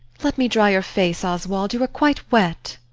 let me dry your face, oswald you are quite wet.